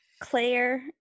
Claire